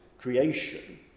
creation